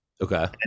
Okay